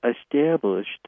established